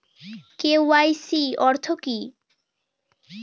KYC অর্থ কি?